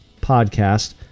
Podcast